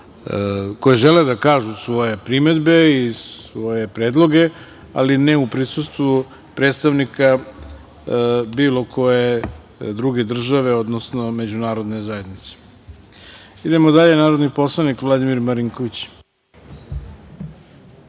koje žele da kažu svoje primedbe i svoje predloge, ali ne u prisustvu predstavnika bilo koje druge države, odnosno Međunarodne zajednice. Idemo dalje, narodni poslanik Vladimir Marinković. Izvolite.